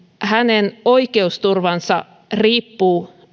hänen oikeusturvansa riippuu